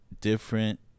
different